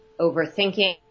overthinking